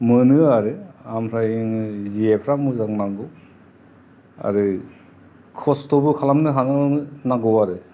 मोनो आरो ओमफ्राय नोङो जेफ्रा मोजां नांगौ आरो खस्थ'बो खालामनो हालांनो नांगौ आरो